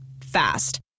Fast